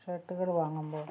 ഷർട്ടുകൾ വാങ്ങുമ്പോൾ